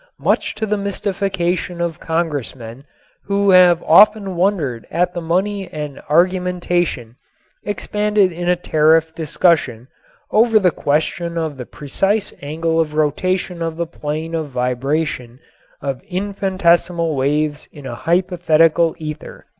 much to the mystification of congressmen who have often wondered at the money and argumentation expended in a tariff discussion over the question of the precise angle of rotation of the plane of vibration of infinitesimal waves in a hypothetical ether.